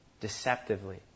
deceptively